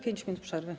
5 minut przerwy.